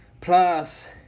Plus